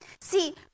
See